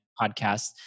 podcast